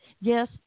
yes